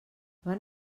van